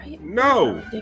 no